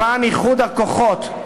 למען איחוד הכוחות,